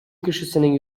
кешесенең